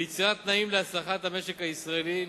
ליצירת תנאים להצלחת המשק הישראלי,